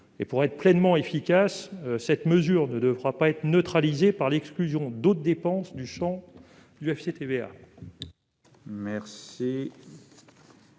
Pour être pleinement efficace, cette mesure ne devra pas être neutralisée par l'exclusion d'autres dépenses du champ du FCTVA.